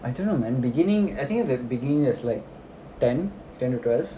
I don't know man beginning I think at the beginning it's like ten ten or twelve